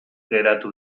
geratu